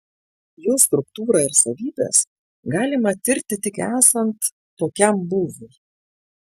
jų struktūrą ir savybes galima tirti tik esant tokiam būviui